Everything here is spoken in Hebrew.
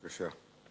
בבקשה.